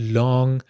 long